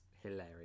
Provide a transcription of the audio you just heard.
hilarious